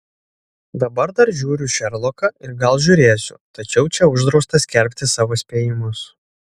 dabar dar žiūriu šerloką ir gal žiūrėsiu tačiau čia uždrausta skelbti savo spėjimus